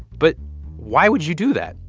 but why would you do that?